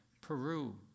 Peru